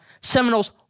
Seminoles